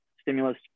stimulus